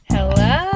Hello